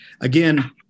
again